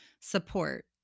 support